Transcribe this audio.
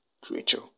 creature